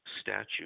statute